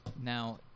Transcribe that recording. now